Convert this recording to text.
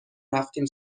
رفتیم